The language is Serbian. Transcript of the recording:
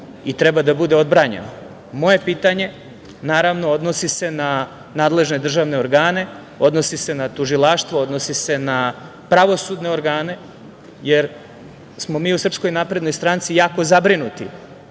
i treba da bude odbranjeno. Moje pitanje, naravno, odnosi se na nadležne države organe, odnosi se na tužilaštvo, odnosi se na pravosudne organe, jer smo mi u SNS jako zabrinuti